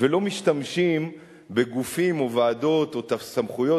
ולא משתמשים בגופים או ועדות או סמכויות